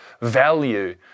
value